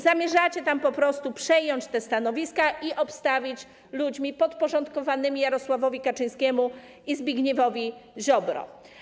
Zamierzacie więc po prostu przejąć te stanowiska i obstawić je ludźmi podporządkowanymi Jarosławowi Kaczyńskiemu i Zbigniewowi Ziobrze.